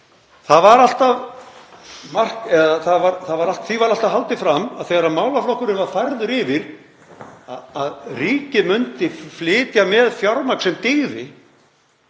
Því var alltaf haldið fram þegar málaflokkurinn var færður yfir að ríkið myndi flytja með fjármagn sem dygði